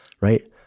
right